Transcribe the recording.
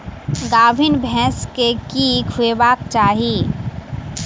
गाभीन भैंस केँ की खुएबाक चाहि?